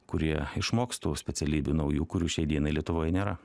kurie išmoks tų specialybių naujų kurių šiai dienai lietuvoje nėra